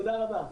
תודה רבה.